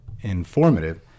informative